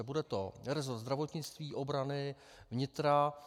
Bude to rezort zdravotnictví, obrany, vnitra.